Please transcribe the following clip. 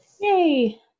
Yay